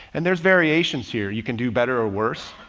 and there's variations here you can do better or worse.